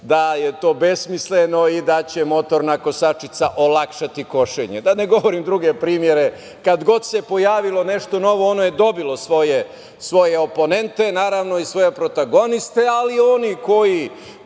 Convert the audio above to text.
da je to besmisleno i da će motorna kosačica olakšati košenje. Da ne govorim druge primere, kad god se pojavilo nešto novo ono je dobilo svoje oponente i svoje protagoniste, ali oni koji